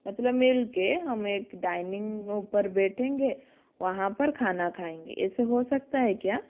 मतलब मिलके हम एक डाइनिंग ऊपर बैठेंगे वहाँ पर खाना खाएंगे ऐसे हो सकता है क्या